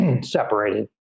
separated